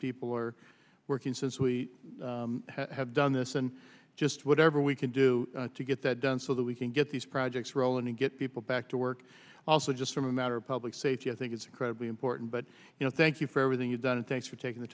people are working since we have done this and just whatever we can do to get that done so that we can get these projects rolling and get people back to work also just from a matter of public safety i think it's incredibly important but you know thank you for everything you've done and thanks for taking the